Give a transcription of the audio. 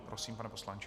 Prosím, pane poslanče.